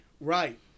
right